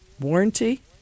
warranty